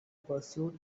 pursuit